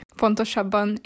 pontosabban